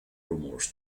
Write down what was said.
rumors